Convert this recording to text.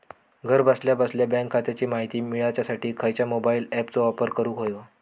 घरा बसल्या बसल्या बँक खात्याची माहिती मिळाच्यासाठी खायच्या मोबाईल ॲपाचो वापर करूक होयो?